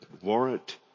warrant